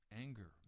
Anger